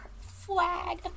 flag